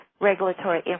regulatory